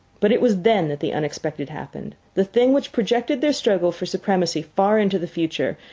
but it was then that the unexpected happened, the thing which projected their struggle for supremacy far into the future,